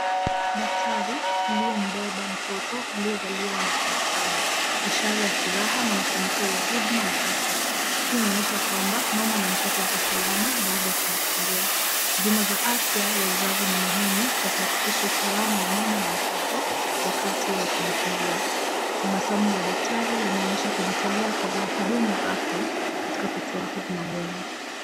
Daktari aliyembeba mtoto, aliyezaliwa na tabasamu. Ishara ya furaha na mafanikio ya huduma ya afya hii inaonyesha kwamba mama na mtoto wako salama baada ya kujifungua. Huduma za afya ya uzazi ni muhimu kwa kuhakikisha usalama wa mama na mtoto, wakati wa kujifungua tabasamu la daktari linaonyesha kujitolea kwa wahudumu wa afya, katika kutoa huduma bora.